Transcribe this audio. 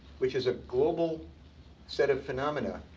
which is a global set of phenomena,